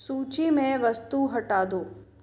सूची में वस्तु हटा दो